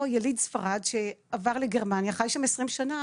יליד ספרד שעבר לגרמניה וחי שם 20 שנה,